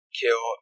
kill